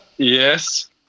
Yes